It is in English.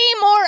more